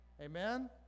Amen